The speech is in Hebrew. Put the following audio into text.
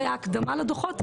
זה היה הקדמה לדו"חות,